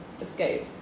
escape